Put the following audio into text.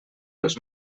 els